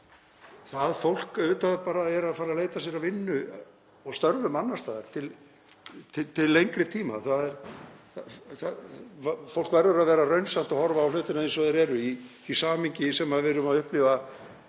auðvitað bara að fara að leita sér að vinnu og störfum annars staðar til lengri tíma. Fólk verður að vera raunsætt og horfa á hlutina eins og þeir eru í því samhengi sem við erum að upplifa;